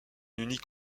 unique